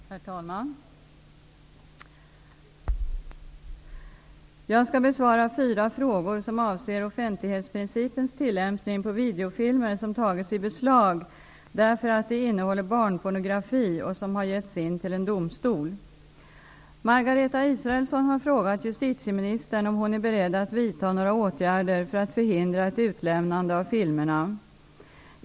Herr talman! Jag skall besvara fyra frågor som avser offentlighetsprincipens tillämpning på videofilmer som tagits i beslag därför att de innehåller barnpornografi och som har getts in till en domstol. Margareta Israelsson har frågat justitieministern om hon är beredd att vidta några åtgärder för att förhindra ett utlämnande av filmerna.